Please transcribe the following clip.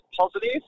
positive